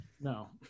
No